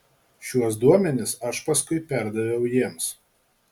šiuos duomenis aš paskui perduodavau jiems